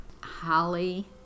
Holly